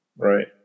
right